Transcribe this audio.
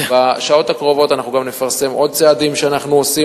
בשעות הקרובות אנחנו גם נפרסם עוד צעדים שאנחנו עושים,